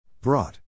Brought